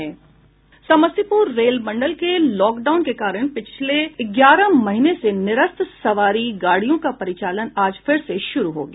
Samastipur rail मंडल में lockdown के कारण पिछले ग्यारह महीनों से निरस्त सवारी गाड़ियों का परिचालन आज फिर से शुरू हो गया